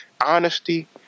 honesty